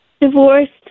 divorced